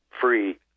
free